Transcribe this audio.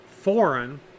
foreign